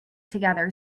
together